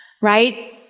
Right